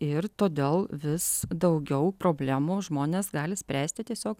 ir todėl vis daugiau problemų žmonės gali spręsti tiesiog